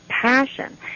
passion